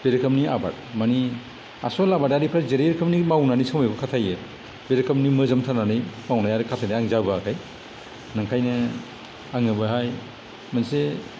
बे रोखोमनि आबाद माने आसोल आबादारिफोरा जेरै रोखोमनि मावनानै समायखौ खाथायो बे रोखोमनि मोजोमथारनानै मावनाय आरो खाथायनाय आं जाबोआखै नंखायनो आङो बेवहाय मोनसे